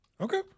Okay